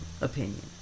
opinion